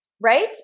Right